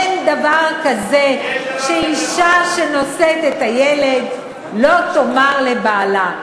אין דבר כזה שאישה שנושאת את הילד לא תאמר לבעלה.